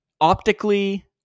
optically